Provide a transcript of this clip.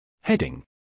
Heading